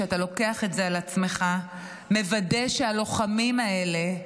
שאתה לוקח את זה על עצמך ומוודא שהלוחמים האלה,